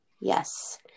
Yes